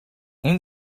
این